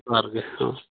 ᱡᱚᱦᱟᱨ ᱜᱮ ᱦᱚᱸ